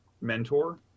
mentor